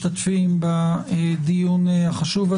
אחר הצוהריים טובים לכל המשתתפות והמשתתפים בדיון החשוב הזה.